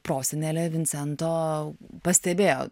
prosenelė vincento pastebėjo